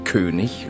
König